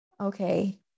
Okay